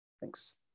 Thanks